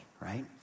right